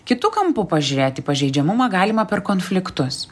kitu kampu pažiūrėt į pažeidžiamumą galima per konfliktus